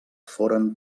foren